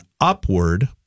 upward